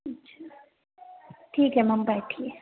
अच्छा ठीक है मैम बैठिए